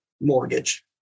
mortgage